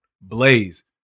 Blaze